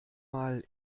mal